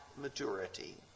maturity